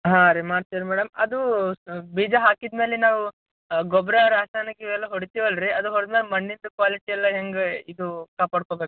ಹಾಂ ರೀ ಮಾಡ್ತೀನಿ ಮೇಡಮ್ ಅದು ಬೀಜ ಹಾಕಿದ ಮೇಲೆ ನಾವು ಗೊಬ್ಬರ ರಾಸಾಯನಿಕ ಇವೆಲ್ಲ ಹೊಡಿತೀವಲ್ರಿ ಅದು ಹೊಡೆದ ಮೇಲೆ ಮಣ್ಣಿಂದು ಕ್ವಾಲಿಟಿ ಎಲ್ಲ ಹೆಂಗೆ ಇದು ಕಾಪಾಡ್ಕೋಬೇಕು